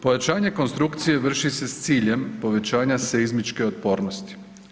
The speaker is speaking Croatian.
Pojačanje konstrukcije vrši se s ciljem povećanja seizmičke otpornosti.